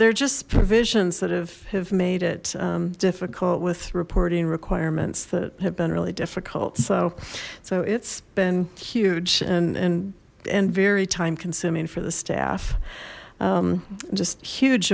they're just provisions that have have made it difficult with reporting requirements that have been really difficult so so it's been huge and and and very time consuming for the staff just huge